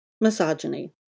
misogyny